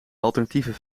alternatieven